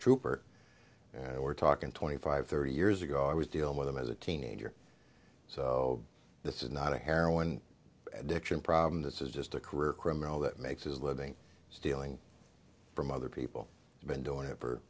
trooper and we're talking twenty five thirty years ago i was dealing with him as a teenager so this is not a heroin addiction problem this is just a career criminal that makes his living stealing from other people i've been doing it for